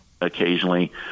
occasionally